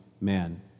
man